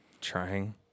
Trying